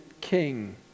king